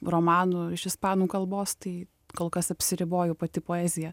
romanų iš ispanų kalbos tai kol kas apsiriboju pati poezija